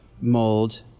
mold